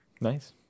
Nice